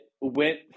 went